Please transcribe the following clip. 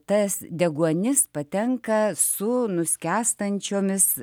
tas deguonis patenka su nuskestančiomis